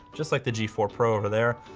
just like the g four pro over there.